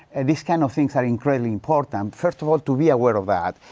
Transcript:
these kinds of things are incredibly important. first of all, to be aware of that.